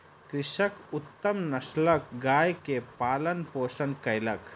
कृषक उत्तम नस्लक गाय के पालन पोषण कयलक